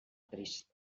trist